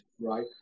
right